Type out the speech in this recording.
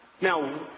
Now